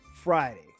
Friday